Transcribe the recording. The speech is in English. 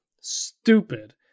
stupid